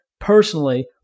personally